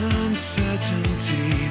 uncertainty